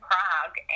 Prague